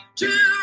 two